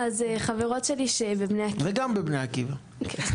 וגם בבני עקיבא.